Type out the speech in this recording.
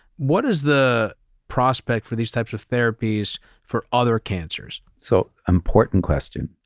what is the prospect for these types of therapies for other cancers? so important question.